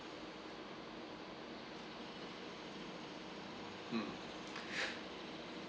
mm